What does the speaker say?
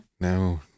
No